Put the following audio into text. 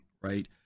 right